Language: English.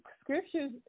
scriptures